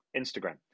Instagram